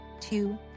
two